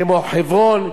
כמו חברון,